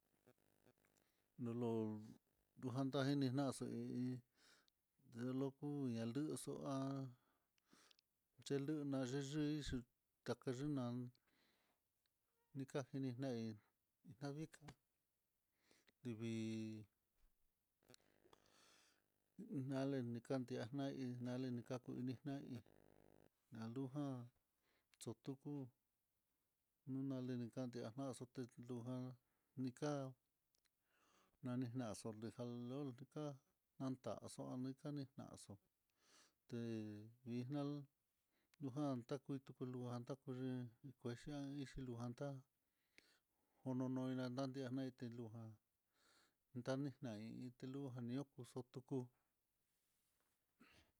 Nolo nojanta lini na'a, xa í loko na yuxu'a c na x ku'u ta nikaji nina hí, naija livii ñale ni kan tiana hí nale nikaku ininá hí, nalujan xhotu nunale nikantiana, naxotelujan nika nanina xolijal luu lunika kantanxo, anikani kaxo'o te'é vilnal najan taku takulujan takuii, kuechia xhilujan tá kononoi tananti'á nitilujan, ndanita'í initilu naniux tutuku.